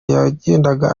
yagendaga